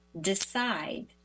decide